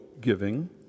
giving